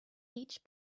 each